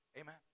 Amen